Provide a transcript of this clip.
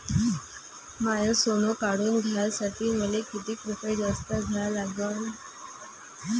माय सोनं काढून घ्यासाठी मले कितीक रुपये जास्त द्या लागन?